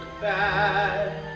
bad